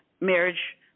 marriage